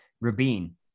Rabin